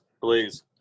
please